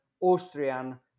Austrian